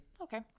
Okay